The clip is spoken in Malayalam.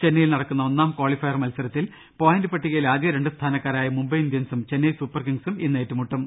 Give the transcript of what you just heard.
ചെന്നൈയിൽ നടക്കുന്ന ഒന്നാം കാളി ഫയർ മത്സരത്തിൽ പോയിന്റ് പട്ടികയിൽ ആദ്യ രണ്ട് സ്ഥാനക്കാ രായ മുംബൈ ഇന്ത്യൻസും ചെന്നൈ സൂപ്പർ കിങ്ങ്സും ഏറ്റുമുട്ടും